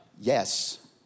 yes